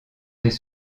des